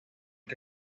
que